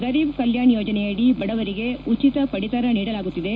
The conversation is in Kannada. ಗರೀಬ್ ಕಲ್ಕಾಣ್ ಯೋಜನೆಯಡಿ ಬಡವರಿಗೆ ಉಚಿತ ಪಡಿತರ ನೀಡಲಾಗುತ್ತಿದೆ